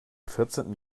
vierzehnten